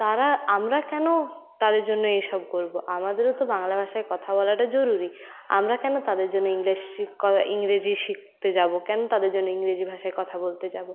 তারা আমরা কেন তাদের জন্য এইসব করবো আমাদেরও তো বাংলা ভাষায় কথা বলাটা জরুরী আমরা কেন তাদের জন্য ইংলিশ ইংরেজি শিখতে যাবো কেন তাদের জন্য ইংরেজি ভাষায় কথা বলতে যাবো